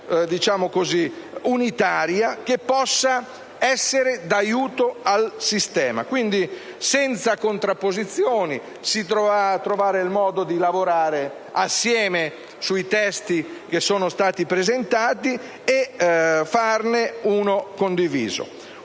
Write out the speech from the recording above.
unitaria che possa essere di aiuto al sistema. Quindi, senza contrapposizioni si dovrà trovare il modo di lavorare assieme sui testi che sono stati presentati e elaborarne uno condiviso